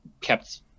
kept